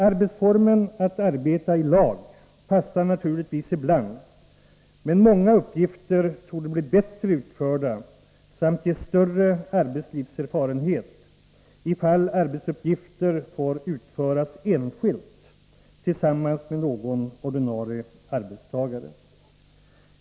Arbetsformen att arbeta i lag passar naturligtvis ibland, men många uppgifter torde bli bättre utförda, samt ge större arbetslivserfarenhet, ifall de får utföras enskilt tillsammans med någon ordinarie arbetstagare.